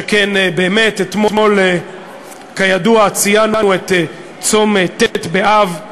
שכן באמת אתמול, כידוע, ציינו את צום ט' באב.